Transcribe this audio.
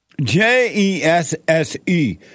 J-E-S-S-E